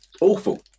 awful